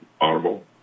audible